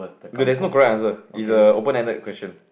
is that there's no correct answer is a open ended question